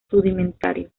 rudimentario